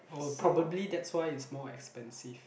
oh probably that's why it's more expensive